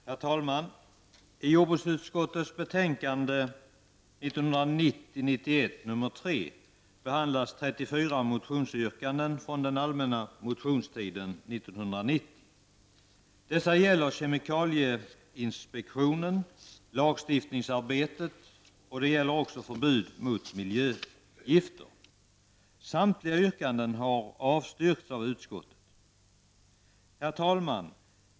Herr talman! I jordbruksutskottets betänkande 1990/91:3 behandlas 34 motionsyrkanden från den allmänna motionstiden 1990. Dessa gäller kemikalieinspektionen, lagstiftningsarbetet och förbud mot miljögifter. Samtliga yrkanden har avstyrkts av utskottet. Herr talman!